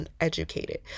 uneducated